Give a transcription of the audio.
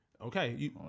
Okay